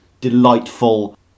delightful